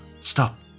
stop